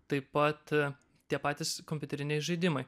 taip pat tie patys kompiuteriniai žaidimai